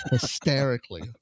hysterically